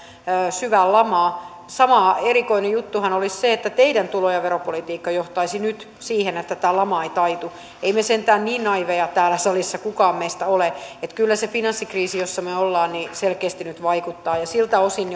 syvään lamaan sama erikoinen juttuhan olisi se että teidän tulo ja veropolitiikkanne johtaisi nyt siihen että tämä lama ei taitu emme me sentään niin naiiveja täällä salissa kukaan ole kyllä se finanssikriisi jossa me olemme selkeästi nyt vaikuttaa ja siltä osin